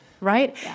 right